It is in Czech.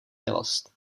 milost